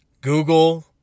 Google